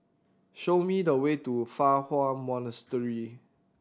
show me the way to Fa Hua Monastery